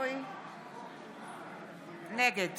נגד